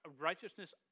righteousness